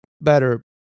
better